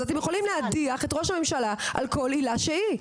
אז אתם יכולים להדיח את ראש הממשלה על כל עילה שהיא,